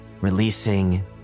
releasing